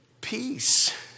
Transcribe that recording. peace